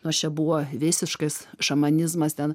nors čia buvo visiškas šamanizmas ten